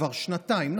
כבר שנתיים,